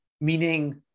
meaning